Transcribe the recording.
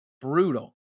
brutal